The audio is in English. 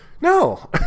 No